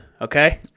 okay